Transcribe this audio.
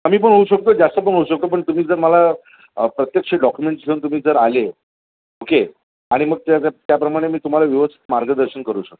कमी पण होऊ शकतो जास्त पण होऊ शकतो पण तुम्ही जर मला प्रत्यक्ष डॉक्युमेंट्स घेऊन तुम्ही जर आले ओके आणि मग त्या त्याप्रमाणे मी तुम्हाला व्यवस्थित मार्गदर्शन करू शकतो